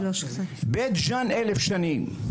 בית ג'אן, 1,000 שנים.